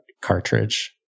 cartridge